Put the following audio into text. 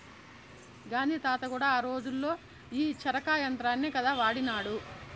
గాంధీ తాత కూడా ఆ రోజుల్లో ఈ చరకా యంత్రాన్నే కదా వాడినాడు